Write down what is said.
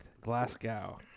Glasgow